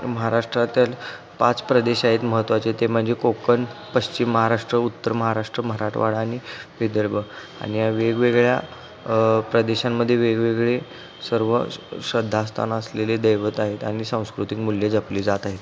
महाराष्ट्रातच पाच प्रदेश आहेत महत्त्वाचे ते म्हणजे कोकण पश्चिम महाराष्ट्र उत्तर महाराष्ट्र मराठवाडा आणि विदर्भ आणि या वेगवेगळ्या प्रदेशांमध्ये वेगवेगळे सर्व श्रद्धास्थान असलेले दैवत आहेत आणि सांस्कृतिक मूल्यं जपली जात आहेत